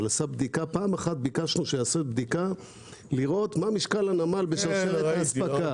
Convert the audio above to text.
אבל פעם אחת ביקשנו שיעשו בדיקה לראות מה משקל הנמל בשרשרת האספקה.